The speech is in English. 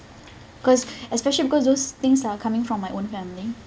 because especially because those things that are coming from my own family